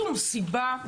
שום סיבה,